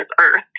earth